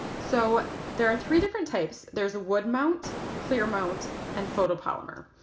so there are three different types there's wood mount, clear mount and photopolymer.